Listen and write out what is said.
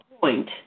point